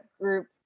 group